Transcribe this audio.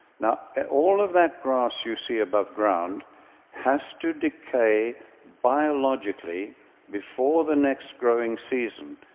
now, all of that grass you see aboveground has to decay biologically before the next growing season,